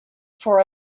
for